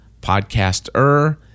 podcaster